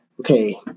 okay